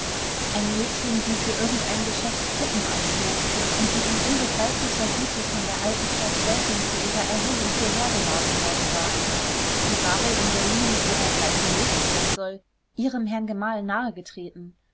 ein mädchen die für irgendein geschäft puppen anzog und die in unbegreiflicher güte von der alten frau gräfin zu ihrer erholung hierher geladen worden war sie war wohl in berlin wo dergleichen möglich sein soll ihrem herrn gemahl nahe getreten